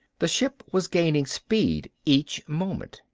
the ship was gaining speed each moment.